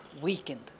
weakened